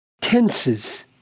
tenses